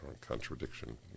contradiction